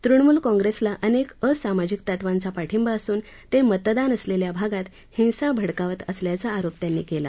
तृणमूल काँग्रेसला अनेक असामाजिक तत्वांचा पाठिंबा असून ते मतदान असलेल्या भागात हिंसा भडकावत असल्याचा आरोप त्यांनी केला